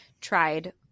tried